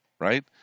right